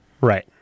Right